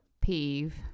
peeve